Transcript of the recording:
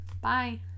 Bye